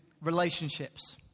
relationships